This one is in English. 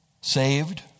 saved